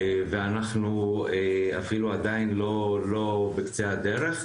ואנחנו אפילו עדיין לא בקצה הדרך,